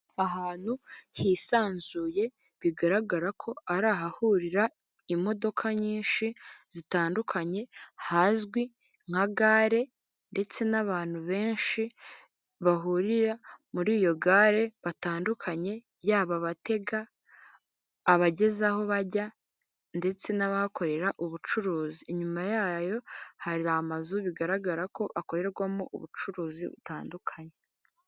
Ahantu hisanzuye bigaragara ko ari ahahurira imodoka nyinshi zitandukanye hazwi nka gare ndetse n'abantu benshi bahurira muri iyo gare batandukanye yaba abatega, abageza aho bajya ndetse n'abahakorera ubucuruzi, inyuma yayo hari amazu bigaragara ko akorerwamo ubucuruzi butandukanye.